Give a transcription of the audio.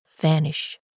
vanish